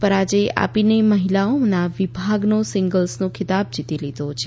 પરાજય આપીને મહિલાઓના વિભાગનો સિંગલ્સનો ખિતાબ જીતી લીધો છે